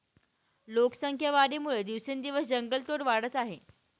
लोकसंख्या वाढीमुळे दिवसेंदिवस जंगलतोड वाढत आहे